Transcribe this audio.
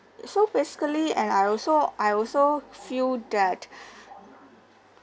so basically and I also I also feel that